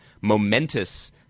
momentous